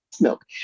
milk